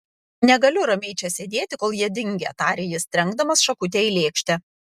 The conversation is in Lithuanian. negaliu ramiai čia sėdėti kol jie dingę tarė jis trenkdamas šakutę į lėkštę